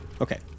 Okay